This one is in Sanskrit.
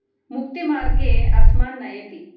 मुक्तिमार्गे अस्मान् नयति